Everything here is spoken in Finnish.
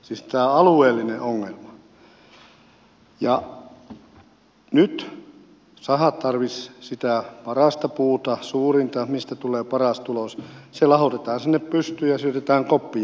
ja nyt sahat tarvitsisivat sitä parasta puuta suurinta mistä tulee paras tulos ja se lahotetaan sinne pystyyn ja syötetään koppiaisille